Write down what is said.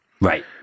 Right